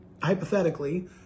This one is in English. Hypothetically